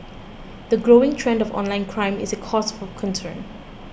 the growing trend of online crime is a cause for concern